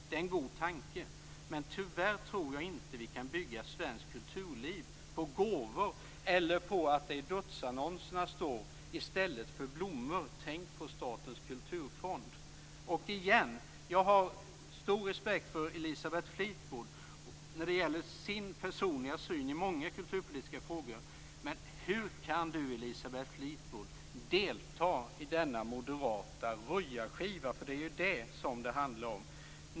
Det är en god tanke, men tyvärr tror jag inte att vi kan bygga svenskt kulturliv på gåvor eller på att det i dödsannonserna står: I stället för blommor, tänk på statens kulturfond." Jag har stor respekt för Elisabeth Fleetwood när det gäller hennes personliga syn i många kulturpolitiska frågor. Men hur kan Elisabeth Fleetwood delta i denna moderata röjarskiva, eftersom det är detta det handlar om?